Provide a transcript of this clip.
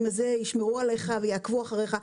עלולים לשמוע עליך ולעקוב אחריך.